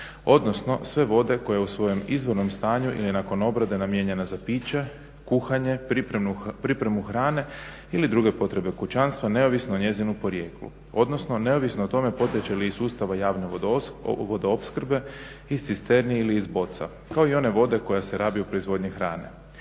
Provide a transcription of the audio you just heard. odnosno sve vode koje u svojem izvornom stanju ili nakon obrade namijenjene za piće, kuhanje, pripremu hrane ili druge potrebe kućanstva, neovisno o njezinu porijeklu, odnosno neovisno o tome potječe li iz sustava javne vodoopskrbe iz cisterni ili iz boca, kao i one vode koja se rabi u proizvodnji hrane.